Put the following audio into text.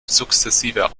sukzessive